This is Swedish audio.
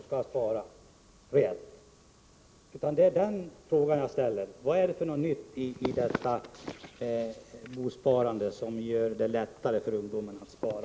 Jag frågar än en gång: Vad är det för nytt i detta bosparande som gör det lättare för ungdomarna att spara?